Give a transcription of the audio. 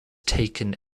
taken